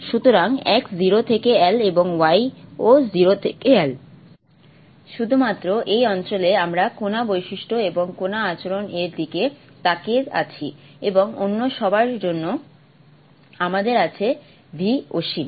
সুতরাং x 0 থেকে L এবং y ও 0 থেকে L শুধুমাত্র এই অঞ্চলে আমরা কণা বৈশিষ্ট্য এবং কণা আচরণ এর দিকে তাকিয়ে আছি এবং অন্য সবার জন্য আমাদের V আছে অসীম